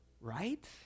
right